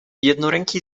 jednoręki